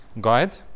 guide